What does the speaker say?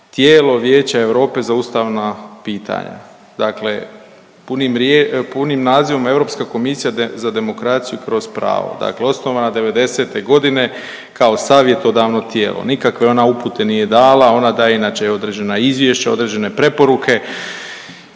tijelo Vijeća Europe za ustavna pitanja, dakle punim nazivom Europska komisija za demokraciju kroz pravo dakle osnovana devedesete godine kao savjetodavno tijelo. Nikakve ona upute nije dala. Ona daje inače i određena izvješća, određene preporuke